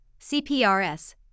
CPRS